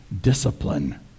discipline